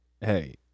hey